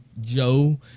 Joe